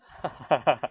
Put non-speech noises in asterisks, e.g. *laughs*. *laughs*